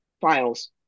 files